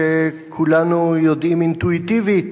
שכולנו יודעים אינטואיטיבית.